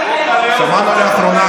שמענו לאחרונה,